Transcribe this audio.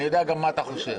אני יודע גם מה אתה חושב.